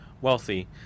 wealthy